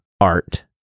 art